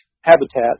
habitat